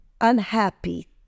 unhappy